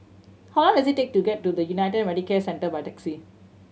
how long does it take to get to the United Medicare Centre by taxi